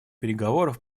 переговоров